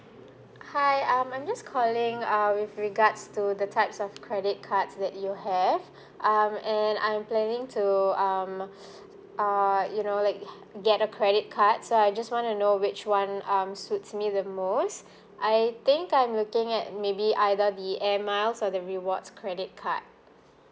hi um I'm just calling uh with regards to the types of credit cards that you have um and I'm planning to um uh you know like get a credit card so I just want to know which one um suits me the most I think I'm looking at maybe either the air miles or the rewards credit card